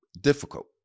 Difficult